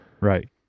right